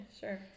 Sure